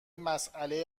مساله